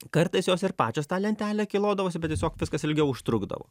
kartais jos ir pačios tą lentelę kilodavosi bet tiesiog viskas ilgiau užtrukdavo